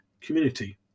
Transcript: community